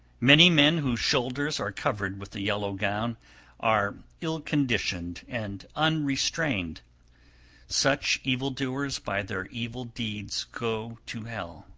many men whose shoulders are covered with the yellow gown are ill-conditioned and unrestrained such evil-doers by their evil deeds go to hell.